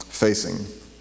Facing